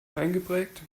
eingeprägt